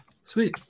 sweet